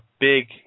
big